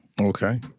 okay